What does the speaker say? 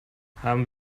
haben